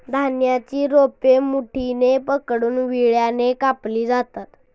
धान्याची रोपे मुठीने पकडून विळ्याने कापली जातात